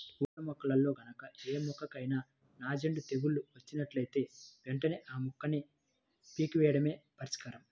పూల మొక్కల్లో గనక ఏ మొక్కకైనా నాంజేడు తెగులు వచ్చినట్లుంటే వెంటనే ఆ మొక్కని పీకెయ్యడమే పరిష్కారం